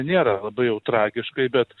nėra labai jau tragiškai bet